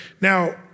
Now